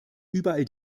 überall